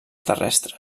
terrestre